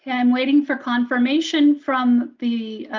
and i'm waiting for confirmation from the